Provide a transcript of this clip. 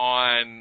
on